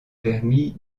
permis